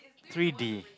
three-D